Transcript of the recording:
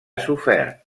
sofert